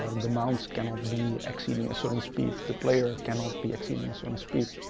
the mounts cannot be exceeding a certain speed. the player cannot be exceeding a certain speed.